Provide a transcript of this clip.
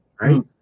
Right